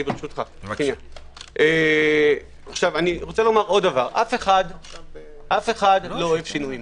אף אחד לא אוהב שינויים.